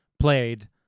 played